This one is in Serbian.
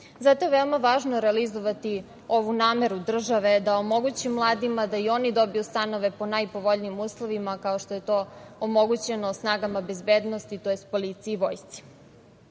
zemlji. Veoma je važno realizovati ovu nameru države da omogući mladima da i oni dobiju stanove po najpovoljnijim uslovima, kao što je to omogućeno snagama bezbednosti tj. policiji i vojsci.